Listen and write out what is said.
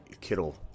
Kittle